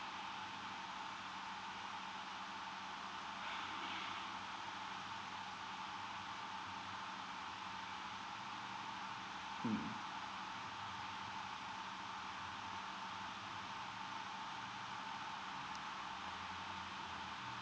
mm